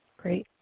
great.